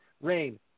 Rain